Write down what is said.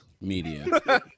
media